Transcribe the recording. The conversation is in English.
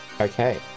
Okay